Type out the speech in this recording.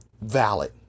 valid